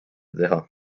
teha